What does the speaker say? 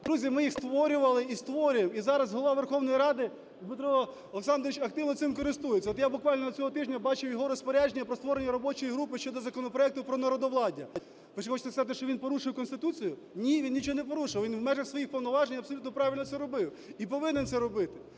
Друзі, ми їх створювали і створюємо, і зараз Голова Верховної Ради Дмитро Олександрович активно цим користується. От я буквально цього тижня бачив його розпорядження про створення робочої групи щодо законопроекту про народовладдя. Хочете сказати, що він порушив Конституцію? Ні, він нічого не порушив, він в межах своїх повноважень абсолютно правильно це робив і повинен це робити,